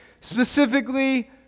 specifically